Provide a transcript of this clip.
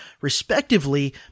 respectively